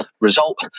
result